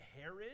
Herod